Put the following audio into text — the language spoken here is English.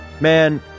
man